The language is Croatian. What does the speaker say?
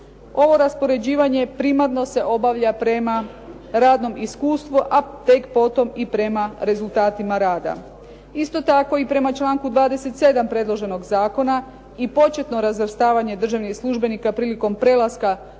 Ovo raspoređivanje primarno se obavlja prema radnom iskustvu, a tek potom i prema rezultatima rada. Isto tako i prema članku 27. predloženog zakona i početno razvrstavanje državnih službenika prilikom prelaska